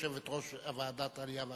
יושבת-ראש ועדת העלייה והקליטה.